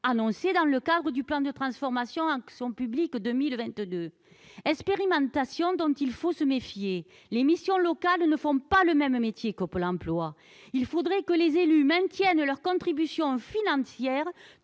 annoncée dans le cadre du plan de transformation Action publique 2022. Il faut se méfier de cette expérimentation : les missions locales ne font pas le même métier que Pôle emploi. Il faudrait que les élus maintiennent leur contribution financière